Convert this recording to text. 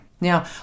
Now